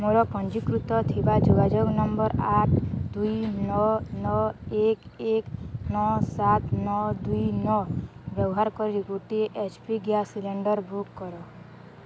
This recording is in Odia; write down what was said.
ମୋର ପଞ୍ଜୀକୃତ ଥିବା ଯୋଗାଯୋଗ ନମ୍ବର ଆଠ ଦୁଇ ନଅ ନଅ ଏକ ଏକ ନଅ ସାତ ନଅ ଦୁଇ ନଅ ବ୍ୟବାହାର କରି ଗୋଟିଏ H P gas cylinder book କର